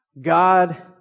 God